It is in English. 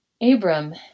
Abram